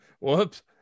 Whoops